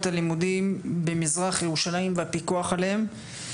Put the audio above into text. הלימודים במזרח ירושלים והפיקוח עליהן.